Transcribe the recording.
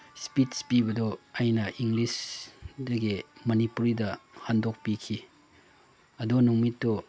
speech ꯄꯤꯕꯗꯣ ꯑꯩꯅ ꯏꯪꯂꯤꯁꯇꯒꯤ ꯃꯅꯤꯄꯨꯔꯤꯗ ꯍꯟꯗꯣꯛꯄꯤꯈꯤ ꯑꯗꯨ ꯅꯨꯃꯤꯠꯇꯨ